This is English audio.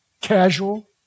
casual